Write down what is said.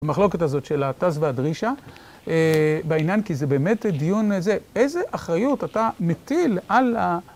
המחלוקת הזאת של הט"ז והדרישה בעניין כי זה באמת דיון זה איזה אחריות אתה מטיל על ה...